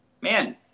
man